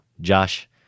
Josh